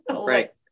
Right